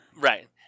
Right